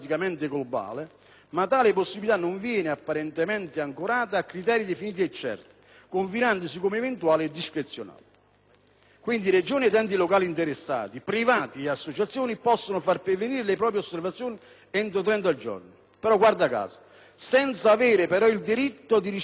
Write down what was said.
ma tale possibilità non viene, apparentemente, ancorata a criteri definiti e certi , configurandosi come eventuale e discrezionale. Quindi, Regioni, enti locali interessati, privati e associazioni, possono far pervenire le proprie osservazioni entro trenta giorni, senza avere però - guarda caso - il diritto a ricevere una risposta,